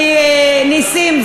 נסים,